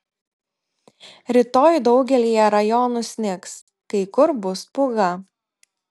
rytoj daugelyje rajonų snigs kai kur bus pūga